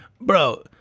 Bro